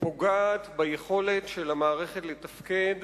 פוגעת ביכולת של המערכת לתפקד.